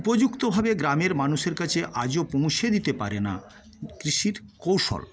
উপযুক্তভাবে গ্রামের মানুষের কাছে আজও পৌঁছে দিতে পারে না কৃষির কৌশল